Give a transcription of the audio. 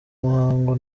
muhango